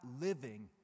living